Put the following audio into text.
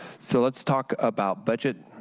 so let's talk about budget.